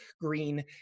green